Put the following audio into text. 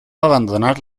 abandonar